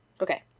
Okay